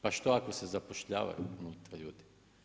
Pa što ako se zapošljavaju unutra ljudi?